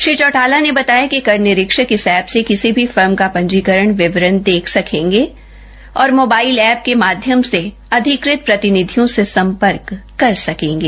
श्री चौटाला ने बताया कि कर निरीक्ष कइस ऐप से किसी भी फर्म का पंजीकरण विवरण देख सकेंगे और मोबाइल ऐ पके माध्यम से अधिकृत प्रतिनिधियों से संपर्क कर सकेंगे